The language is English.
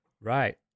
right